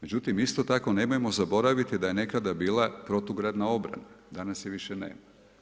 Međutim isto tako nemojmo zaboraviti da je nekada bila protugradna obrana, danas je više nema.